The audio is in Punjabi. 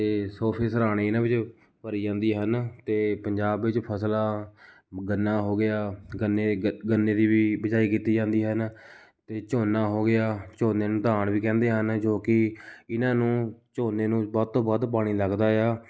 ਅਤੇ ਸੋਫੇ ਸਰਾਣੇ ਇਹਨਾਂ ਵਿੱਚ ਭਰੀ ਜਾਂਦੀ ਹਨ ਅਤੇ ਪੰਜਾਬ ਵਿੱਚ ਫਸਲਾਂ ਗੰਨਾ ਹੋ ਗਿਆ ਗੰਨੇ ਗੰਨੇ ਦੀ ਵੀ ਬਿਜਾਈ ਕੀਤੀ ਜਾਂਦੀ ਹਨ ਅਤੇ ਝੋਨਾ ਹੋ ਗਿਆ ਝੋਨੇ ਨੂੰ ਧਾਨ ਵੀ ਕਹਿੰਦੇ ਹਨ ਜੋ ਕਿ ਇਹਨਾਂ ਨੂੰ ਝੋਨੇ ਨੂੰ ਵੱਧ ਤੋਂ ਵੱਧ ਪਾਣੀ ਲੱਗਦਾ ਆ